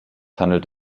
handelt